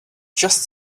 just